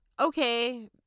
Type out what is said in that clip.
Okay